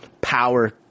power